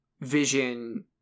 vision